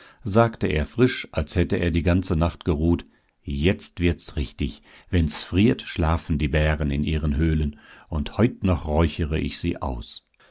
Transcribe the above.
sagte er frisch als hätte er die ganze nacht geruht jetzt wird's richtig wenn's friert schlafen die bären in ihren höhlen und heut noch räuchere ich sie aus